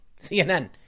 CNN